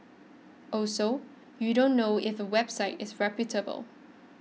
also you don't know if a website is reputable